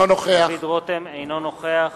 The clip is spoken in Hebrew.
אינו נוכח